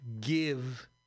give